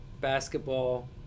basketball